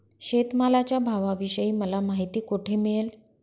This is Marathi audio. शेतमालाच्या भावाविषयी मला माहिती कोठे मिळेल?